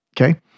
Okay